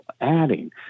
adding